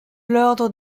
l’ordre